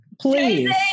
please